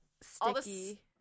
sticky